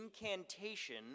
incantation